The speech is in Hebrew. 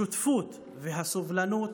השותפות והסובלנות